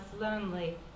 lonely